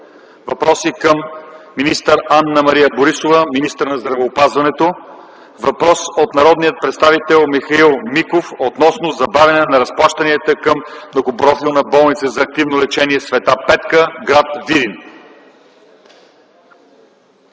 въпроси към министър Анна-Мария Борисова - министър на здравеопазването. Въпрос от народния представител Михаил Миков относно забавяне на разплащанията към Многопрофилна болница за активно лечение „Св. Петка”, гр. Видин.